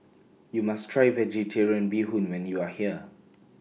YOU must Try Vegetarian Bee Hoon when YOU Are here